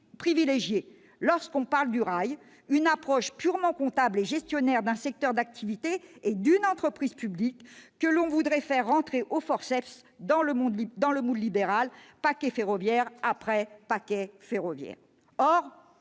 privilégiée lorsque l'on parle du rail, une approche purement comptable et gestionnaire d'un secteur d'activité et d'une entreprise publique que l'on voudrait faire « entrer au forceps » dans le moule libéral, paquet ferroviaire après paquet ferroviaire.